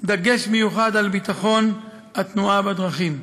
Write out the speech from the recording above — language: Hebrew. דגש מיוחד על ביטחון התנועה בדרכים.